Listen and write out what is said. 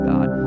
God